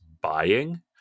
buying